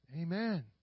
Amen